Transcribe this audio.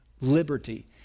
liberty